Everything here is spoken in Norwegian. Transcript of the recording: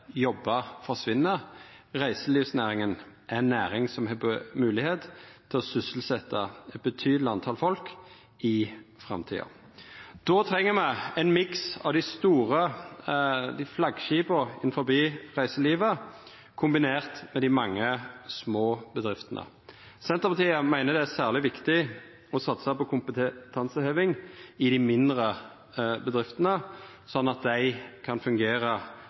jobbar forsvinn. Reiselivsnæringa er ei næring som har moglegheit til å sysselsetja eit betydeleg tal folk i framtida. Då treng me ein miks av dei store flaggskipa innanfor reiselivet kombinert med dei mange små bedriftene. Senterpartiet meiner det er særleg viktig å satsa på kompetanseheving i dei mindre bedriftene, slik at dei kan fungera